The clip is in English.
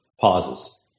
pauses